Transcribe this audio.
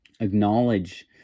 acknowledge